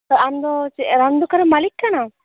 ᱥᱮ ᱟᱢ ᱫᱚ ᱪᱮᱫ ᱨᱟᱱ ᱫᱚᱠᱟᱱ ᱨᱮᱱ ᱢᱟᱞᱤᱠ ᱠᱟᱱᱟᱢ